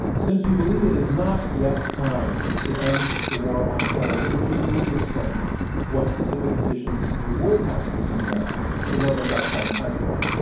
since you believe that it is not yet time to end the war on terror, could you please explain what specific conditions you would have to see met to know that that time has come.